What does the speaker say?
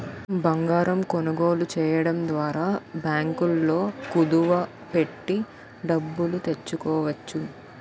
బంగారం కొనుగోలు చేయడం ద్వారా బ్యాంకుల్లో కుదువ పెట్టి డబ్బులు తెచ్చుకోవచ్చు